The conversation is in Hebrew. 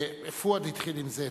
פואד התחיל עם זה.